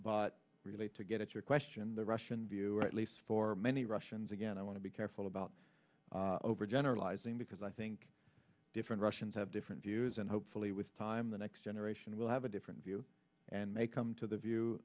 but really to get your question the russian view or at least for many russians again i want to be careful about overgeneralizing because i think different russians have different views and hopefully with time the next generation will have a different view and may come to the view